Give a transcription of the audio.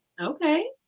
Okay